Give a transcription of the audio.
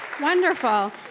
Wonderful